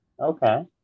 Okay